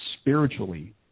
spiritually